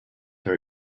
her